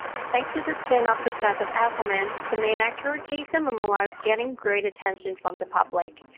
thanks to the spin-off success of aquaman, the main actor jason momoa is getting great attention from the public.